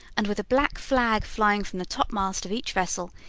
and with a black flag flying from the topmast of each vessel,